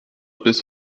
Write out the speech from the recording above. bis